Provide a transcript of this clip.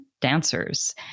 Dancers